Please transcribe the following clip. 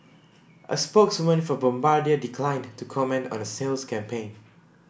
a spokeswoman for Bombardier declined to comment on a sales campaign